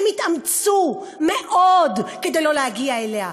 הם התאמצו מאוד כדי לא להגיע אליה,